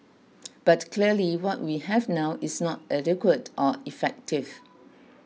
but clearly what we have now is not adequate or effective